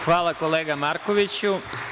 Hvala kolega Markoviću.